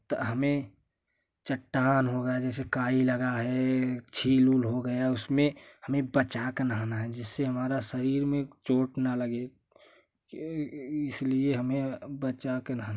हमें चट्टान हो गया जैसे काई लगा है झील उल हो गया उस में हमें बचा के नहाना है जिससे हमारे शरीर में चोंट ना लगे कि इस लिए हमें बचा के नहाना चाहिए